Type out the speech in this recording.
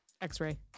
X-ray